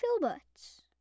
filberts